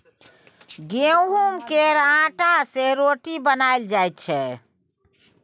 गहुँम केर आँटा सँ रोटी बनाएल जाइ छै